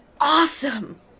awesome